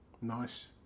Nice